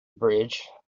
bridge